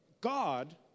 God